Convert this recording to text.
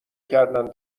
کردن